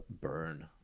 burn